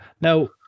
Now